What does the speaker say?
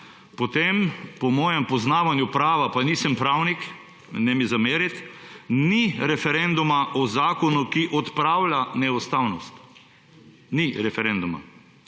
potem – po mojem poznavanju prava, pa nisem pravnik, ne mi zameriti – ni referenduma o zakonu, ki odpravlja neustavnost. Ni referenduma.